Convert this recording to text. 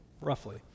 roughly